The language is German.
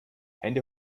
hände